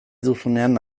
duzunean